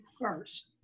first